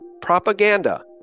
propaganda